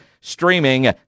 streaming